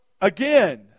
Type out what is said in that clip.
again